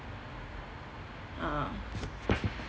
uh